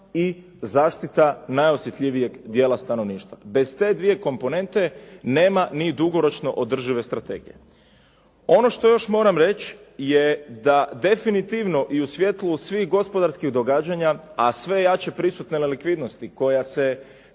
i zaštiti najosjetljivijeg dijela stanovništva. Bez te dvije komponente nema ni dugoročno održive strategije. Ono što još moram reći je da definitivno i u svjetlu svih gospodarskih događanja a sve jače prisutne nelikvidnosti koja se